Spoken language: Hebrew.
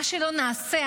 מה שלא נעשה,